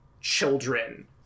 children